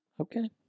okay